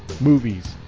movies